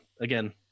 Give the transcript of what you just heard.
again